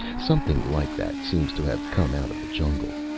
something like that seems to have come out of the jungle.